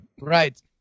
right